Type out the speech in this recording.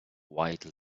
white